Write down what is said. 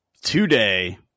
Today